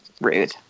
rude